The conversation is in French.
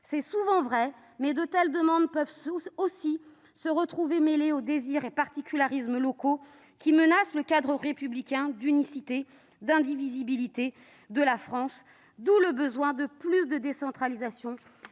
C'est souvent vrai, mais de telles demandes peuvent aussi se trouver mêlées aux désirs et particularismes locaux qui menacent le cadre républicain d'unicité et d'indivisibilité de la France, d'où le besoin de plus de décentralisation,